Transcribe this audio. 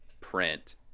print